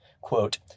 quote